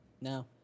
No